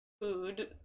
food